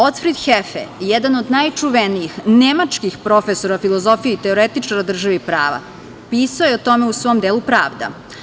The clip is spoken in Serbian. Otfrid Hefe, jedan od najčuvenijih nemačkih profesora filozofije i teoretičara države i prava, pisao je o tome u svom delu "Pravda"